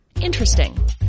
Interesting